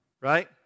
right